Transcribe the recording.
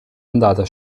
andata